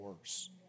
worse